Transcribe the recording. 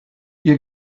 ihr